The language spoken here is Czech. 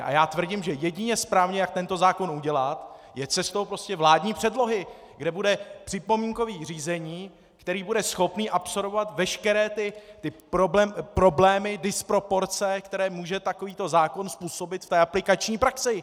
A já tvrdím, že jedině správně, jak tento zákon udělat, je cestou vládní předlohy, kde bude připomínkové řízení, které bude schopné absorbovat veškeré problémy, disproporce, které může takovýto zákon způsobit v aplikační praxi.